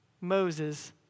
Moses